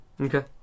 Okay